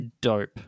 dope